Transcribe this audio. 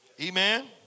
amen